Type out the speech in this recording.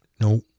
No